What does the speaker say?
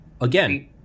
again